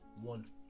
One